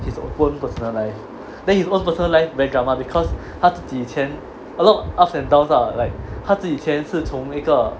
his own personal life then his own personal life very drama because 他自己以前 a lot of ups and downs lah like 他自己以前是从一个